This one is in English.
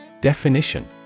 Definition